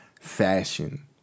fashion